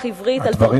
הדברים חשובים,